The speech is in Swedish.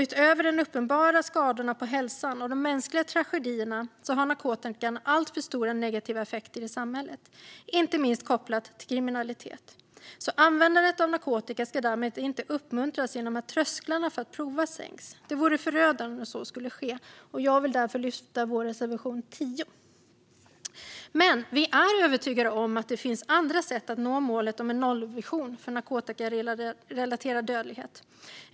Utöver de uppenbara skadorna på hälsan och de mänskliga tragedierna har narkotikan alltför stora negativa effekter i samhället, inte minst kopplat till kriminalitet. Användande av narkotika ska därmed inte uppmuntras genom att trösklarna för att prova sänks. Det vore förödande om så skedde, och jag vill därför yrka bifall till reservation 10. Vi är dock övertygade om att det finns andra sätt att nå målet om en nollvision för narkotikarelaterad dödlighet.